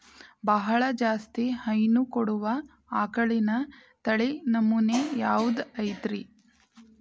ಬಹಳ ಜಾಸ್ತಿ ಹೈನು ಕೊಡುವ ಆಕಳಿನ ತಳಿ ನಮೂನೆ ಯಾವ್ದ ಐತ್ರಿ?